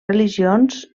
religions